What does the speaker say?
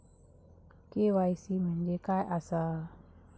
KYC म्हणजे काय आसा?